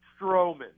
Strowman